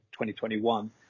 2021